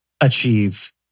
achieve